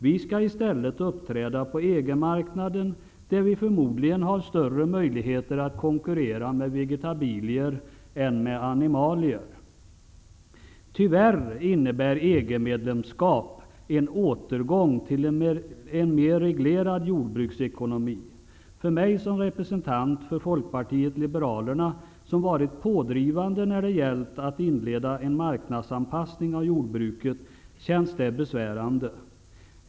Vi skall i stället uppträda på EG-marknaden, där vi förmodlingen har större möjligheter att konkurrera med vegetabilier än med animalier. Tyvärr innebär EG-medlemskap en återgång till en mer reglerad jordbruksekonomi. För mig som representant för Folkpartiet liberalerna, som varit pådrivande när det gällt att inleda en marknadsanpassning av jordbruket, känns det besvärande.